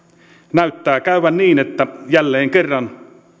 näyttää käyvän niin että jälleen kerran